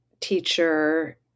teacher